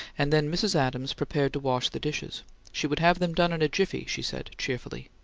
and then mrs. adams prepared to wash the dishes she would have them done in a jiffy, she said, cheerfully.